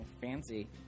fancy